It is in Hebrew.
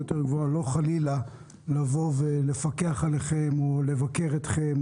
יותר גבוהה ולא חלילה לפקח עליכם או לבקר אתכם,